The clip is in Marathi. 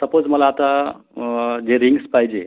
सपोज मला आता जे रिंग्स पाहिजे